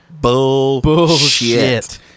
bullshit